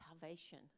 salvation